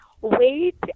wait